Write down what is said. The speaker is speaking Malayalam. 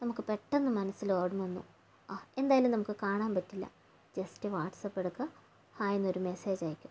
നമുക്ക് പെട്ടെന്ന് മനസ്സിൽ ഓർമ്മ വന്നു ആ എന്തായാലും നമുക്ക് കാണാൻ പറ്റില്ല ജസ്റ്റ് വാട്സ്ആപ്പ് എടുക്കുക ഹായ് എന്നൊരു മെസ്സേജ് അയക്കുക